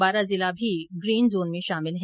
बारां जिला भी green zone में शामिल है